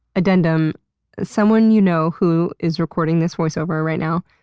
and and um someone you know, who is recording this voice over right now,